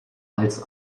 als